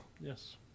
Yes